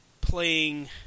playing